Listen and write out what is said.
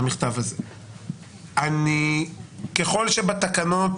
ככל שבתקנות